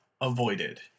avoided